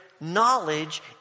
knowledge